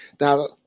now